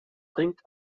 bringt